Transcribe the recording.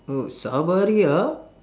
oh sabariah